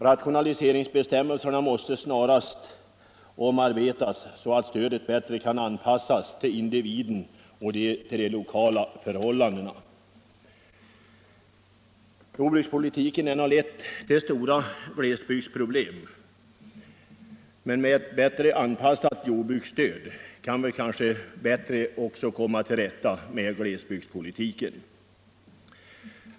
Rationaliseringsbestämmelserna måste snarast omarbetas så att stödet bättre kan anpassas till individen och till de lokala förhållandena. Jordbrukspolitiken har lett till stora glesbygdsproblem, men med ett bättre anpassat jordbruksstöd kan vi också bättre komma till rätta med glesbygdsproblemen.